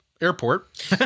Airport